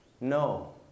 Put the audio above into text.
No